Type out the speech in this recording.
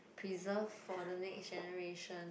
preserve for the next generation